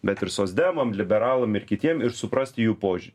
bet ir socdemam liberalam ir kitiem ir suprasti jų požiūrį